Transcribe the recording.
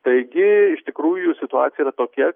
taigi iš tikrųjų situacija yra tokia